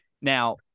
Now